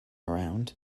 around